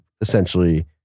essentially